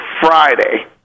Friday